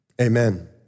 Amen